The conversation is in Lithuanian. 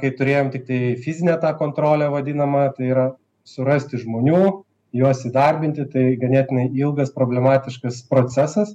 kai turėjom tiktai fizinę tą kontrolę vadinamą tai yra surasti žmonių juos įdarbinti tai ganėtinai ilgas problematiškas procesas